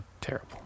Terrible